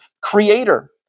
creator